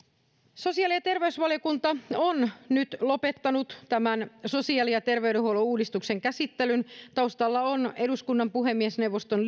sosiaali ja terveysvaliokunta on nyt lopettanut sosiaali ja terveydenhuollon uudistuksen käsittelyn taustalla on eduskunnan puhemiesneuvoston